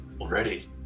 Already